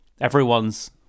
everyone's